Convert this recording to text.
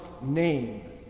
name